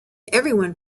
everyone